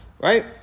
right